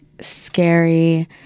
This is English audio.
scary